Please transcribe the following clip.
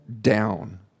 down